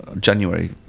January